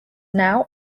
now